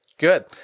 Good